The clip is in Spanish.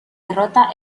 derrota